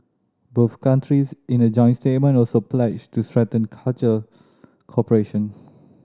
both countries in a joint statement also pledged to strengthen cultural cooperation